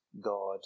God